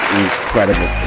incredible